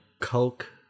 Coke